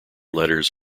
letters